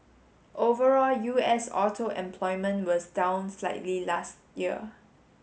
overall U S auto employment was down slightly last year